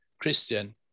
Christian